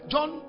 John